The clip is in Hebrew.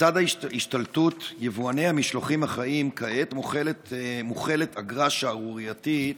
לצד השתלטות יבואני המשלוחים החיים כעת מוחלת אגרה שערורייתית,